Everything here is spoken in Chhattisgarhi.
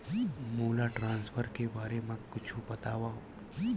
मोला ट्रान्सफर के बारे मा कुछु बतावव?